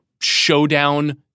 showdown